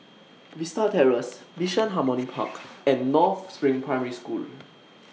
Vista Terrace Bishan Harmony Park and North SPRING Primary School